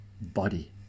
body